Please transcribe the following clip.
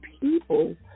people